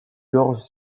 gorges